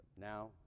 now